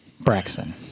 Braxton